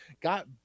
got